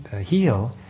heal